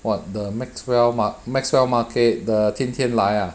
[what] the maxwell maxwell market the 天天来 ah